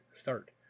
start